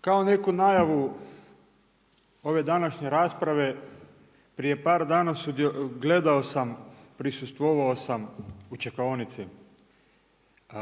Kao neku najavu ove današnje rasprave, prije par dana gledao sam, prisustvovao sam u čekaonici